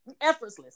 Effortless